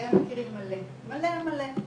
אתם מכירים מלא, מלא מלא,